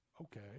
okay